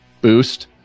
boost